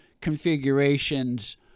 configurations